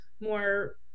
more